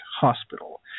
Hospital